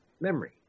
memory